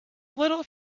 little